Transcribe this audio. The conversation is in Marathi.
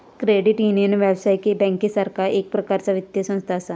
क्रेडिट युनियन, व्यावसायिक बँकेसारखा एक प्रकारचा वित्तीय संस्था असा